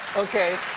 okay.